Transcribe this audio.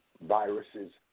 viruses